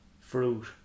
fruit